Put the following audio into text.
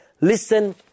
listen